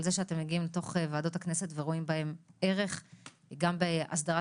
על זה שאתם מגיעים לתוך ועדות הכנסת ורואים בהן ערך גם בהסדרת